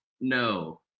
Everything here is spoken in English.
No